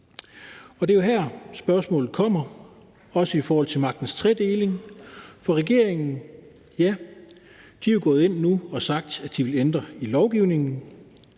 Det er jo her, at spørgsmålet kommer, også i forhold til magtens tredeling. Regeringen er jo gået ind nu og har sagt, at de vil ændre i lovgivningen,